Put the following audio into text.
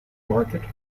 market